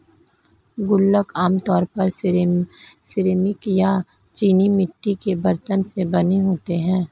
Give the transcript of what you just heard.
गुल्लक आमतौर पर सिरेमिक या चीनी मिट्टी के बरतन से बने होते हैं